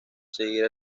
seguir